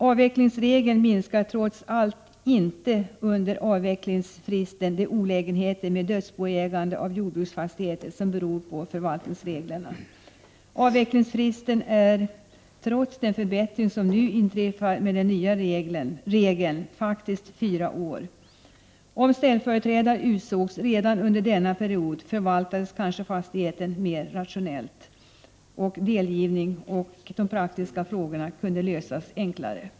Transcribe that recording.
Avvecklingsregeln minskar trots allt inte under avvecklingsfristen de olä Avvecklingsfristen är, trots den förbättring som inträffar med den nya regeln, faktiskt fyra år. Om ställföreträdare utsågs redan under denna period förvaltades kanske fastigheten mer rationellt. Delgivningen och de praktiska frågorna kunde då lösas enklare.